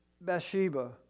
Bathsheba